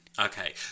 Okay